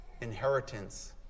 inheritance